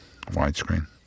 widescreen